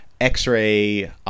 X-ray